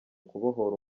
kubohora